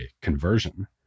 conversion